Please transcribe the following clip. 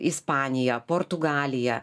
ispanija portugalija